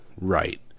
right